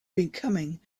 becoming